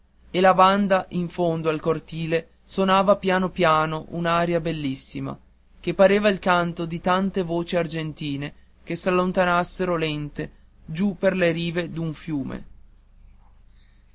la banda in fondo al cortile sonava piano piano un'aria bellissima che pareva il canto di tante voci argentine che s'allontanassero lente giù per le rive d'un fiume